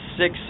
six